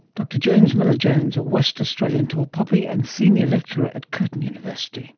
dr james miller-jones, a west australian tall poppy and senior lecturer at curtin university